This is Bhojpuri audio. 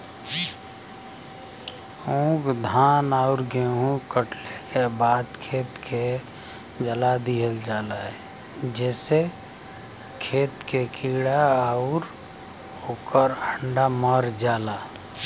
ऊख, धान आउर गेंहू कटले के बाद खेत के जला दिहल जाला जेसे खेत के कीड़ा आउर ओकर अंडा मर जाला